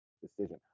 decision